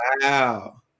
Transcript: Wow